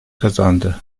kazandı